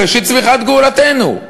מראשית צמיחת גאולתנו.